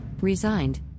Resigned